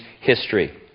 history